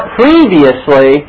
previously